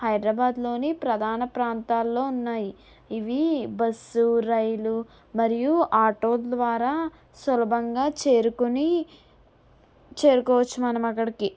హైదరాబాద్లోని ప్రధాన ప్రాంతాల్లో ఉన్నాయి ఇవి బస్సు రైలు మరియు ఆటో ల ద్వారా సులభంగా చేరుకుని చేరుకోవచ్చు మనం అక్కడికి